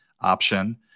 option